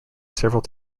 several